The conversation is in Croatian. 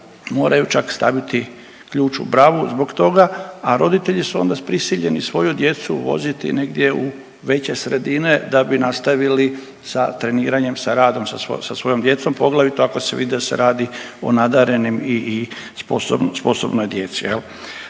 moraju čak staviti ključ u bravu zbog toga, a roditelji su onda prisiljeni svoju djecu voziti negdje u veće sredine da bi nastavili sa treniranjem, sa radom sa svojom djecom, poglavito ako se vidi da se radi o nadarenim i sposobnoj djeci.